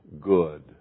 good